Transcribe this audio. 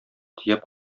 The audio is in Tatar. төяп